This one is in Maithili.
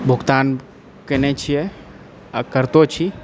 भुगतान केने छियै आ करितो छी